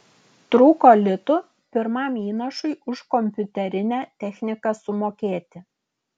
trūko litų pirmam įnašui už kompiuterinę techniką sumokėti